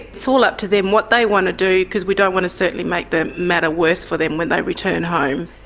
it's all up to them what they want to do because we don't want to certainly make the matter worse for them when they return home.